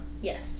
Yes